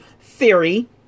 theory